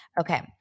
Okay